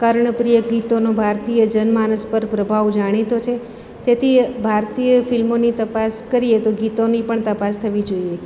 કર્ણપ્રિય ગીતોનો ભારતીય જનમાનસ પર પ્રભાવ જાણીતો છે તેથી ભારતીય ફિલ્મોની તપાસ કરીએ તો ગીતોની પણ તપાસ થવી જોઈએ